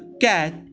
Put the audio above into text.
cat